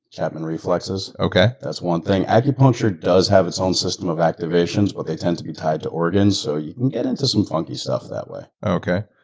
chapman reflexes. okay. that's one thing. acupuncture does have its own system of activations, but they tend to be tied to organs, so you can get into some funky stuff that way. okay.